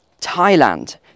Thailand